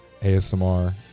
ASMR